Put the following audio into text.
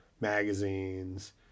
magazines